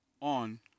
on